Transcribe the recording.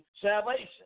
salvation